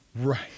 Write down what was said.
Right